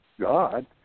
God